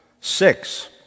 Six